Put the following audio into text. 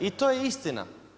I to je istina.